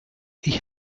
ich